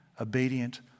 obedient